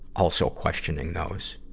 also questioning those.